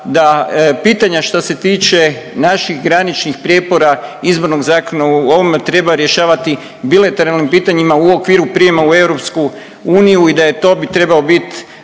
da pitanja, šta se tiče naših graničnih prijepora izbornog zakona u ovome treba rješavati bilateralnim pitanjima u okviru prijema u EU i da je to bi trebao biti